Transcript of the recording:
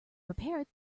repaired